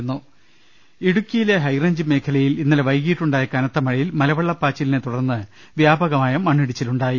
രു രു ശ്യ ഇടുക്കിയിലെ ഹൈറേഞ്ച് മേഖലയിൽ ഇന്നലെ വൈകീട്ട് ഉണ്ടായ കനത്ത് മഴയിൽ മലവെള്ള പാച്ചിലിനെ തുടർന്ന് വ്യാപകമായി മണ്ണിടിച്ചി ലുണ്ടായി